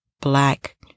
Black